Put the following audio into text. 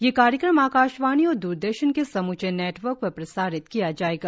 यह कार्यक्रम आकाशवाणी और द्रदर्शन के समूचे नेटवर्क पर प्रसारित किया जाएगा